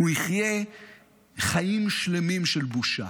הוא יחיה חיים שלמים של בושה.